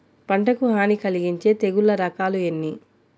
పంటకు హాని కలిగించే తెగుళ్ల రకాలు ఎన్ని?